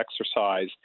exercise